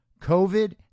COVID